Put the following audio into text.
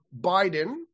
Biden